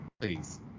Please